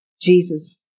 Jesus